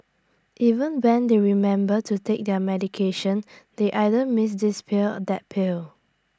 even when they remember to take their medication they either miss this pill that pill